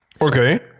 Okay